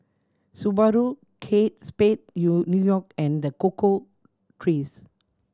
Subaru Kate Spade New York and The Cocoa Trees